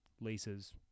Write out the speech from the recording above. leases